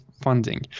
funding